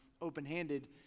open-handed